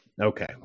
Okay